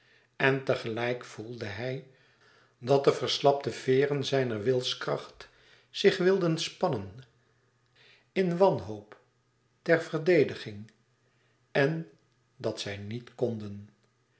en tegelijk voelde hij dat de verslapte veeren zijner wilskracht zich wilden spannen in wanhoop ter verdediging en dat zij niet konden